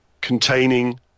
containing